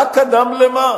מה קדם למה?